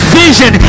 vision